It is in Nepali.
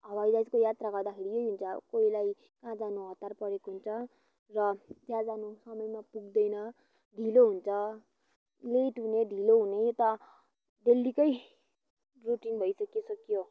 हवाइजहाजको यात्रा गर्दाखेरि यही हुन्छ कोहीलाई कहाँ जानु हतार परेको हुन्छ र त्यहाँ जानु समयमा पुग्दैन ढिलो हुन्छ लेट हुने ढिलो हुने त डेल्लीकै रुटिन भइसकिसक्यो